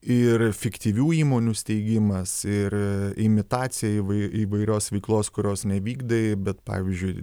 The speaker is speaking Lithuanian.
ir fiktyvių įmonių steigimas ir imitacija įvai įvairios veiklos kurios nevykdei bet pavyzdžiui